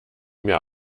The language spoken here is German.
mir